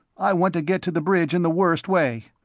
i want to get to the bridge in the worst way.